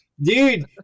Dude